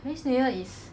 this new year is